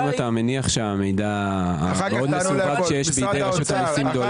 אם אתה מניח שהמידע שבידי רשות המיסים דולף